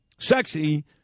Sexy